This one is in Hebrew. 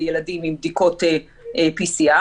ילדים עם בדיקות PCR,